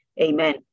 amen